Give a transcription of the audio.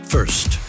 First